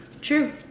True